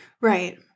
Right